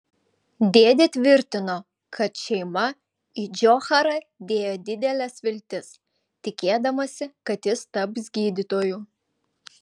dėdė tvirtino kad šeima į džocharą dėjo dideles viltis tikėdamasi kad jis taps gydytoju